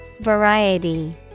Variety